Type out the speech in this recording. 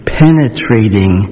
penetrating